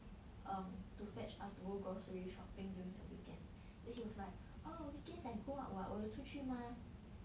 um to fetch us to go grocery shopping during the weekends then he was like oh weekends I go out what 我有出去 mah